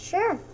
Sure